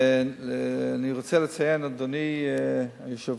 אני רוצה לציין, אדוני היושב-ראש,